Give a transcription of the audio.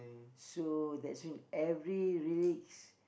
so that's when every lyrics